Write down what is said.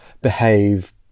behave